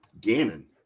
Gannon